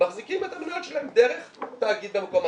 מחזיקים את המניות שלהם דרך תאגיד במקום אחר